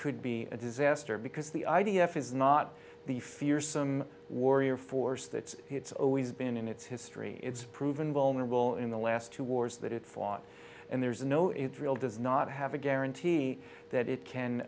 could be a disaster because the i d f is not the fearsome warrior force that it's always been in its history its proven vulnerable in the last two wars that it fought and there's no israel does not have a guarantee that it can